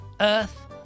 earth